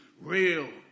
real